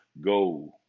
go